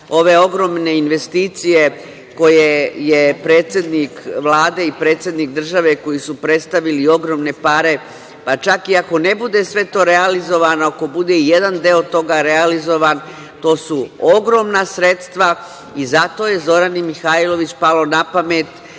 ove ogromne investicije koje su predsednik Vlade i predsednik države predstavili, pa čak i ako ne bude sve to realizovano, ako bude jedan deo toga realizovan, to su ogromna sredstva. Zato je Zorani Mihajlović palo na pamet